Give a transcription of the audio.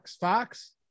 Fox